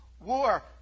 war